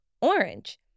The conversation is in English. orange